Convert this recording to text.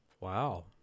Wow